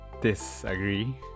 Disagree